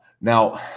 now